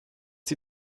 die